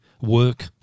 work